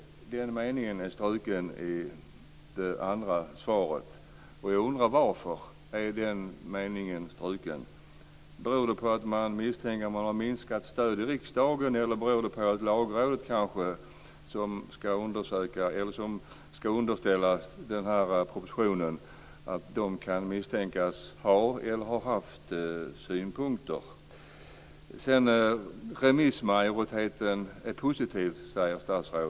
Den meningen är struken i det andra svaret. Varför är den meningen struken? Beror det på att man misstänker ett minskat stöd i riksdagen eller beror det på att Lagrådet, som propositionen i fråga ska underställas, kan misstänkas ha eller ha haft synpunkter? Remissmajoriteten är positiv, säger ministern.